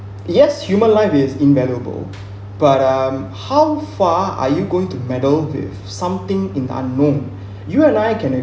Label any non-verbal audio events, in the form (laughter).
yes human life is invaluable but um how far are you going to meddle with something in unknown (breath) you and I can